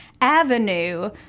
avenue